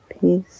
Peace